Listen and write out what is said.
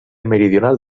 meridional